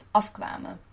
afkwamen